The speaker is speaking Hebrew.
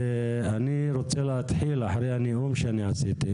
אחרי הנאום הזה,